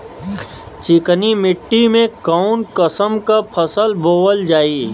चिकनी मिट्टी में कऊन कसमक फसल बोवल जाई?